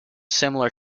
similar